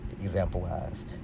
example-wise